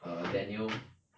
err daniel